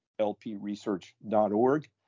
lpresearch.org